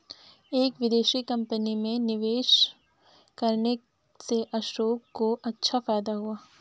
एक विदेशी कंपनी में निवेश करने से अशोक को अच्छा फायदा हुआ